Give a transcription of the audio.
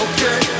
Okay